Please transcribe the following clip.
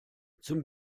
zum